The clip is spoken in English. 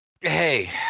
Hey